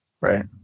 right